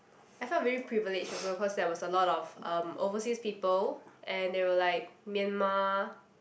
I felt very privileged also cause there was a lot of um overseas people and there were like Myanmar